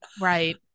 Right